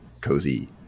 cozy